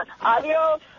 Adios